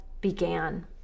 began